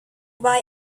why